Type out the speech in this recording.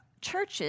churches